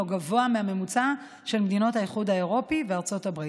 גבוה מהממוצע של מדינות האיחוד האירופי וארצות הברית.